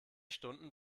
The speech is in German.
stunden